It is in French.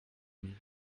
mille